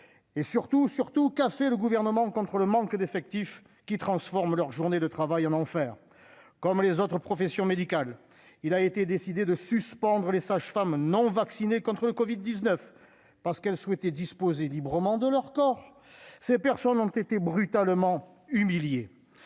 et surtout, surtout, café le gouvernement contre le manque d'effectifs qui transforment leur journée de travail en enfer comme les autres professions médicales, il a été décidé de suspendre les sages-femmes non vaccinés contre le Covid 19 parce qu'elle souhaitait disposer librement de leur corps, ces personnes ont été brutalement humilié